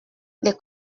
les